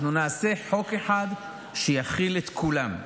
אנחנו נעשה חוק אחד שיכיל את כולם.